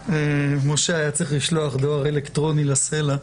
משה היה צריך לשלוח דואר אלקטרוני לסלע.